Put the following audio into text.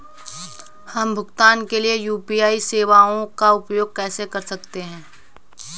हम भुगतान के लिए यू.पी.आई सेवाओं का उपयोग कैसे कर सकते हैं?